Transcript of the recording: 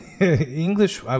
English